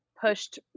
pushed